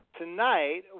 Tonight